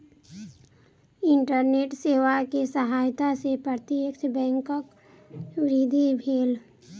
internet सेवा के सहायता से प्रत्यक्ष बैंकक वृद्धि भेल